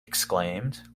exclaimed